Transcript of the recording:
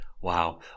Wow